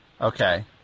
Okay